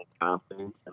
confidence